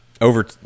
Over